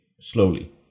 slowly